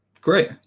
Great